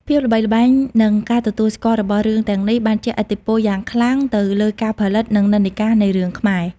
ភាពល្បីល្បាញនិងការទទួលស្គាល់របស់រឿងទាំងនេះ បានជះឥទ្ធិពលយ៉ាងខ្លាំងទៅលើការផលិត និងនិន្នាការនៃរឿងខ្មែរ។